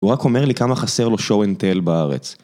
הוא רק אומר לי כמה חסר לו show and tell בארץ.